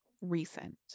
recent